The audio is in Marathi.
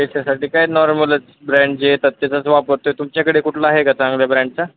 त्याच्यासाठी काय नॉर्मलच ब्रँड जे स्वस्ताचंच वापरतोय तुमच्याकडे कुठला आहे का चांगल्या ब्रँडचा